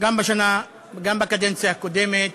גם בשנה וגם בקדנציה הקודמת,